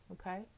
Okay